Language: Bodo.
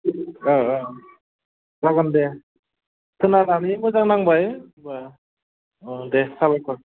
जागोन दे खोनानानै मोजां नांबाय दे साबायखर